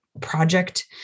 project